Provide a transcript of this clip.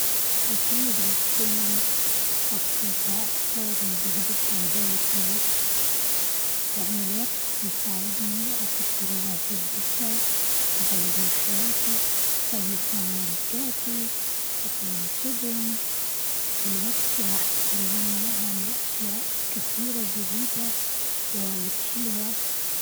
أكيد راح أكون مبسوطة أكتر إذا قدرت أزود في الوقت لأن الوقت بيساعدني أخد قرارات جديدة أغير من حياتي أسولف مع رفقاتي أسوي شوبنج الوقت راح يخليني أعمل أشياء كثيرة جديدة وايد حلوة.